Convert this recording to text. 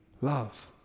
love